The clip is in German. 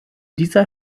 dieser